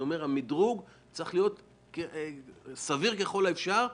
המדרוג צריך להיות סביר ככל האפשר.